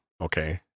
okay